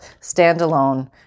standalone